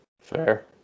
Fair